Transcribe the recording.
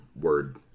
word